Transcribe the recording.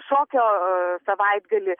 šokio savaitgalį